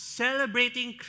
celebrating